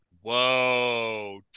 whoa